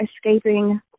escaping